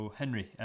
henry